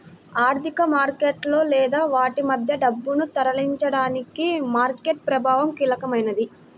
ఆర్థిక మార్కెట్లలో లేదా వాటి మధ్య డబ్బును తరలించడానికి మార్కెట్ ప్రభావం కీలకమైనది